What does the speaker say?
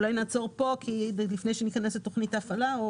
אולי נעצור כאן לפני שניכנס לתכניתה הפעלה.